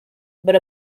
but